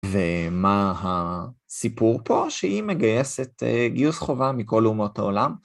ומה הסיפור פה? שהיא מגייסת גיוס חובה מכל אומות העולם.